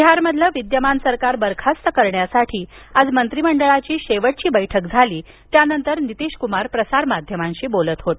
बिहारमधील विद्यमान सरकार बरखास्त करण्यासाठी आज मंत्रिमंडळाची शेवटची बैठक झाली त्यानंतर नितीशकुमार प्रसारमाध्यमांशी बोलत होते